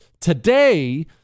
today